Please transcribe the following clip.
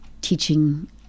teaching